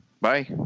Bye